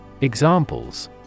Examples